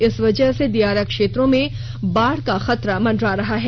इस वजह से दियारा क्षेत्रों में बाढ़ का खतरा मंडरा रहा है